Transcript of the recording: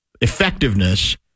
effectiveness